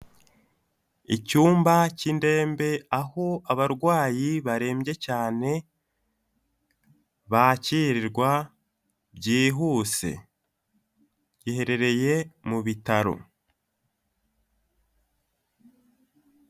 Icyumba cy'indembe, aho abarwayi barembye cyane bakirirwa byihuse, giheherereye mu bitaro.